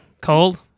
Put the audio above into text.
Cold